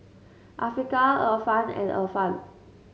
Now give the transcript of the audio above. Afiqah Irfan and Irfan